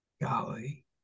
golly